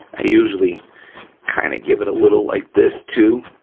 i usually kind of give it a little like this too.